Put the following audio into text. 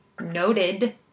noted